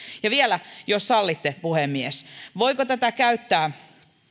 ja vielä jos sallitte puhemies voiko tätä käyttää